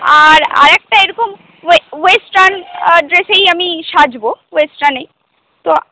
আর আর একটা এরকম ওয়েস্টার্ন ড্রেসেই আমি সাজবো ওয়েস্টার্নেই তো